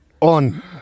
On